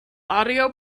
audio